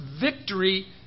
victory